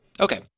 Okay